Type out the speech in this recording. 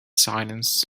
silence